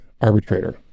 Arbitrator